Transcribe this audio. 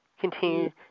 continue